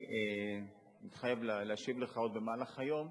אני מתחייב להשיב לך עוד במהלך היום.